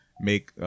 make